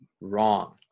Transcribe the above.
wrong